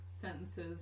sentences